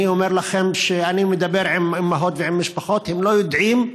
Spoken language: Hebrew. אני אומר לכם שאני מדבר עם אימהות ועם משפחות והם לא יודעים.